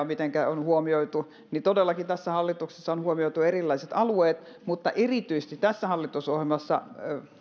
mitenkä pääkaupunkiseutu on huomioitu niin todellakin tässä hallituksessa on huomioitu erilaiset alueet mutta erityisesti tässä hallitusohjelmassa